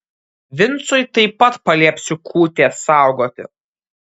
vincui taip pat paliepsiu kūtės saugoti